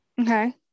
Okay